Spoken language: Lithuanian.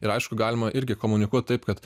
ir aišku galima irgi komunikuot taip kad